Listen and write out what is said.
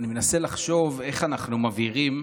אני מנסה לחשוב איך אנחנו מבהירים.